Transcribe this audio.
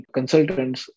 Consultants